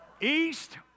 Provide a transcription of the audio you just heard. East